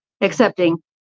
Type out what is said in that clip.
accepting